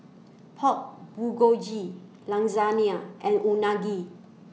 Pork Bulgogi Lasagna and Unagi